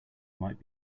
might